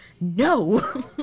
no